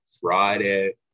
Friday